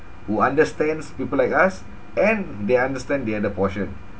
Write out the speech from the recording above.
who understands people like us and they understand the other portion